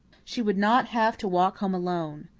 she would not have to walk home alone.